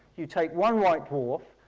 you take one white dwarf,